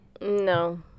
No